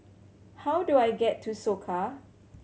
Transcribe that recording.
how do I get to Soka